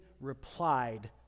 replied